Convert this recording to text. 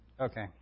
Okay